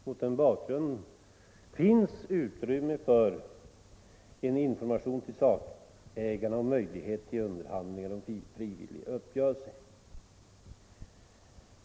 Mot den bakgrunden finns det också utrymme för information till sakägarna om möjlighet till underhandlingar om frivilliga uppgörelser.